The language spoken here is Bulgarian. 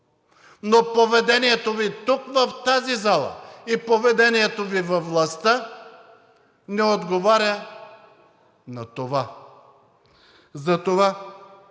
но поведението Ви тук в тази зала и поведението Ви във властта не отговарят на това.